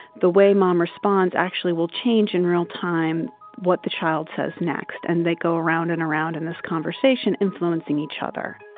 the way mom responds actually will change in real time what the child says next. and they go around and around in this conversation, influencing each other